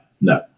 no